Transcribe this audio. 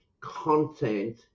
content